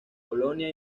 colonia